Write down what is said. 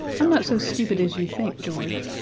i'm not so stupid as you think, george.